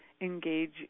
engage